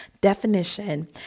definition